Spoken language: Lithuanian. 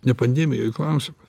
ne pandemijoj klausimas